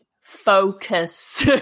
focus